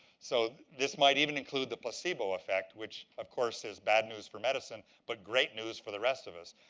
so this might even include the placebo effect which, of course, is bad news for medicine but great news for the rest of us.